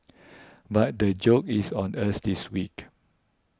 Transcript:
but the joke is on us this week